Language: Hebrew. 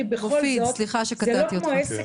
בכל זאת, זה לא כמו עסק